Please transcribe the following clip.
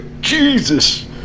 Jesus